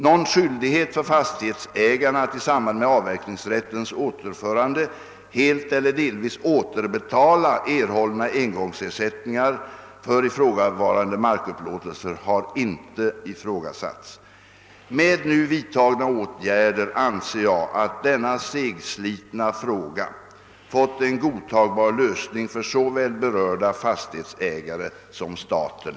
Någon skyldighet för fastighetsägarna att i samband med avverkningsrättens återförande helt eller delvis återbetala erhållna engångsersättningar för ifrågavarande markupplåtelser har inte ifrågasatts. Med nu vidtagna åtgärder anser jag att denna segslitna fråga fått en godtagbar lösning för såväl berörda fastighetsägare som staten.